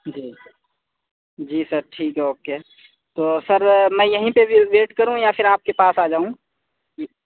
جی جی سر ٹھیک ہے اوکے تو سر میں یہیں پہ پھر ویٹ کروں یا پھر آپ کے پاس آ جاؤں جی